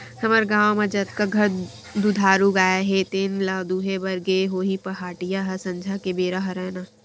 हमर गाँव म जतका घर दुधारू गाय हे तेने ल दुहे बर गे होही पहाटिया ह संझा के बेरा हरय ना